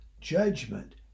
judgment